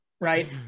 right